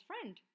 friend